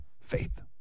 faith